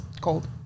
cold